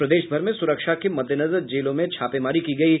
और प्रदेशभर में सुरक्षा के मद्देनजर जेलों में छापेमारी की गयी